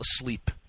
asleep